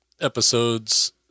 episodes